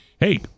hey